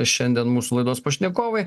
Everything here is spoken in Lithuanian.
šiandien mūsų laidos pašnekovai